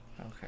Okay